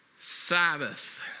Sabbath